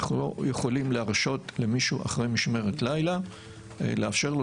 אנחנו לא יכולים להרשות למישהו אחרי משמרת לילה לאפשר לו